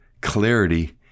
clarity